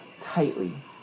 tightly